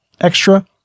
extra